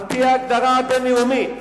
על-פי ההגדרה הבין-לאומית,